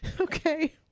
Okay